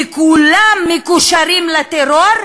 וכולם מקושרים לטרור,